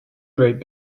great